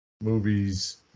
movies